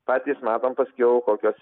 patys matom paskiau kokios